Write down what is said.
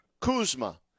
Kuzma